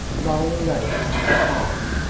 long ropes of bark,